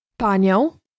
Panią